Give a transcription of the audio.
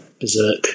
berserk